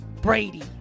Brady